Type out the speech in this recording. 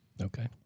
Okay